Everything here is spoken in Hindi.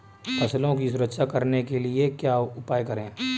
फसलों की सुरक्षा करने के लिए क्या उपाय करें?